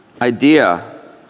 idea